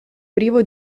privo